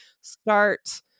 start